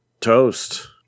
toast